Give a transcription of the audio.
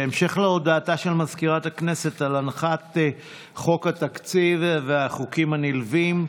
בהמשך להודעתה של מזכירת הכנסת על הנחת חוק התקציב והחוקים הנלווים,